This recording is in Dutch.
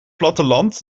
platteland